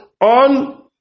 on